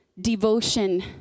devotion